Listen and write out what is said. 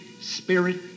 spirit